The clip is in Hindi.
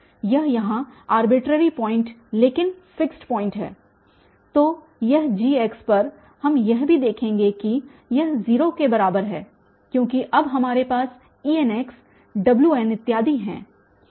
यह यहाँ आर्बेटररी पॉइंट लेकिन फिक्स पॉइंट है तो यह G पर हम यह भी देखेंगे कि यह 0 के बराबर है क्योंकि अब हमारे पास En Wn इत्यादि हैं